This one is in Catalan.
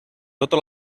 tota